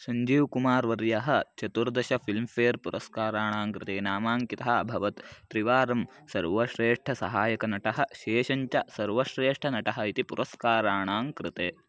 सञ्जीव् कुमार् वर्यः चतुर्दश फ़िल्फ़ेर् पुरस्काराणां कृते नामाङ्कितः अभवत् त्रिवारं सर्वश्रेष्ठसहायकनटः शेषं च सर्वश्रेष्ठनटः इति पुरस्काराणां कृते